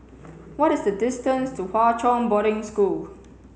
what is the distance to Hwa Chong Boarding School